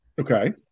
Okay